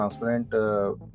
transparent